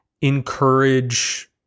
encourage